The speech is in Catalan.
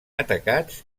atacats